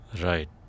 Right